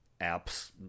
apps